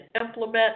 implement